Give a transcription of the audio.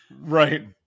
right